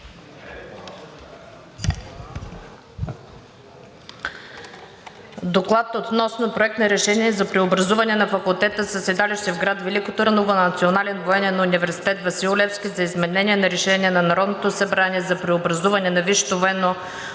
разгледа Проект на решение за преобразуване на факултета със седалище в град Велико Търново на Национален военен университет „Васил Левски“ и за изменение на Решението на Народното събрание за преобразуване на Висшето военно